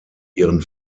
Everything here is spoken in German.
ihren